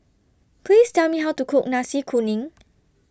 Please Tell Me How to Cook Nasi Kuning